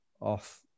off